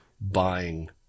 buying